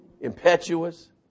Impetuous